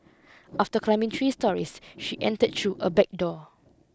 after climbing three storeys she entered through a back door